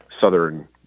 southern